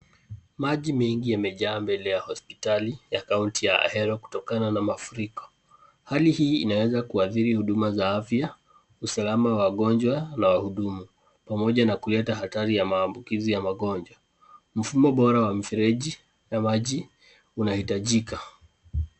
Maji mengi yamejaa mbele ya hospitali ya kaunti ya Ahero kutokana na mafuriko . Hali hii inaweza kuathiri huduma za afya, usalama wa wagonjwa na wahudumu pamoja na kuleta hatari ya maambukizi ya magonjwa. Mfumo bora ya mfereji ya maji unahitajika.